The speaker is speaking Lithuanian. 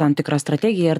tam tikra strategija ir